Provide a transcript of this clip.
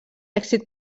èxit